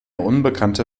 unbekannte